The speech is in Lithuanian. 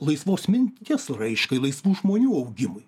laisvos minties raiškai laisvų žmonių augimui